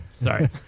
Sorry